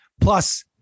Plus